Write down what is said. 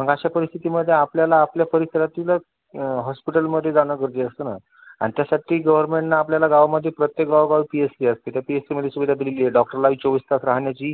मग अशा परिस्थितीमध्ये आपल्याला आपल्या परिसरातीलच हॉस्पिटलमध्ये जाणं गरजु असतं ना आणि त्यासाठी गव्हर्नमेंटनं आपल्याला गावामध्ये प्रत्येक गावोगावी पी एच सी असते त्या पी एच सीमध्ये सुविधा दिलेली आहे त्या डॉक्टरलाबी चोवीस तास राहण्याची